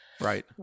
Right